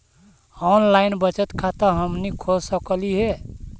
Online बचत खाता हमनी खोल सकली हे?